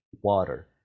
water